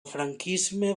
franquisme